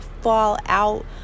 fallout